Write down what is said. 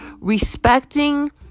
respecting